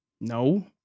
No